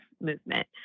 movement